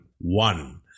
one